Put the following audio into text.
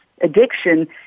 addiction